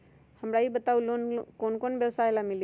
हमरा ई बताऊ लोन कौन कौन व्यवसाय ला मिली?